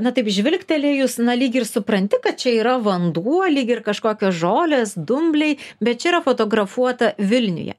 na taip žvilgtelėjus na lyg ir supranti kad čia yra vanduo lyg ir kažkokios žolės dumbliai bet čia yra fotografuota vilniuje